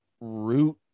root